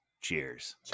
Cheers